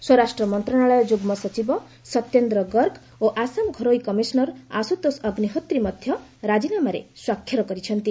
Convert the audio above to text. ସ୍ୱରାଷ୍ଟ୍ର ମନ୍ତ୍ରଣାଳୟ ଯୁଗ୍ମ ସଚିବ ସତ୍ୟେନ୍ଦ୍ର ଗର୍ଗ ଓ ଆସାମ ଘରୋଇ କମିଶନର୍ ଆଶୁତୋଷ ଅଗ୍ନିହୋତ୍ରୀ ମଧ୍ୟ ରାଜିନାମାରେ ସ୍ୱାକ୍ଷର କରିଛନ୍ତି